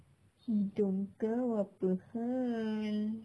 hidung kau apa hal